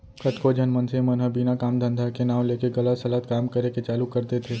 कतको झन मनसे मन ह बिना काम धंधा के नांव लेके गलत सलत काम करे के चालू कर देथे